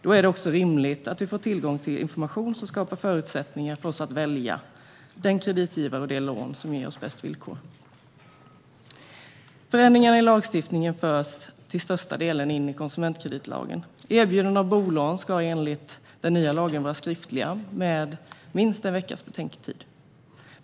Då är det också rimligt att man får tillgång till information som skapar förutsättningar för att kunna välja den kreditgivare och det lån som ger bäst villkor. Förändringarna i lagstiftningen förs till största delen in i konsumentkreditlagen. Erbjudanden om bolån ska enligt den nya lagen vara skriftliga och ges med minst en veckas betänketid.